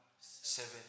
seven